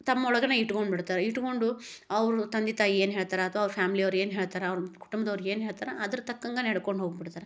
ತಮ್ಮೊಳಗೇ ಇಟ್ಕೊಂಬಿಡ್ತಾರೆ ಇಟ್ಕೊಂಡು ಅವರು ತಂದೆ ತಾಯಿ ಏನು ಹೇಳ್ತಾರೆ ಅಥ್ವಾ ಅವ್ರ ಫ್ಯಾಮ್ಲಿ ಅವ್ರು ಏನು ಹೇಳ್ತಾರೆ ಅವ್ರ ಕುಟುಂಬ್ದವ್ರು ಏನು ಹೇಳ್ತಾರೆ ಅದ್ರ ತಕ್ಕಂಗ ನಡ್ಕೊಂಡು ಹೋಗ್ಬಿಡ್ತಾರೆ